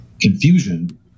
confusion